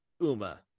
Uma